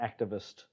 activist